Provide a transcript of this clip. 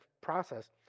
process